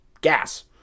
gas